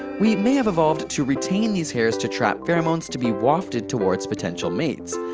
we may have evolved to retain these hairs to trap pheromones to be wanted towards potential mates.